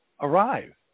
arrive